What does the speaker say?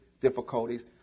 difficulties